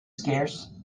scarce